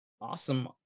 Awesome